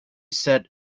set